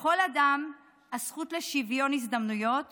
לכל אדם הזכות לשוויון הזדמנויות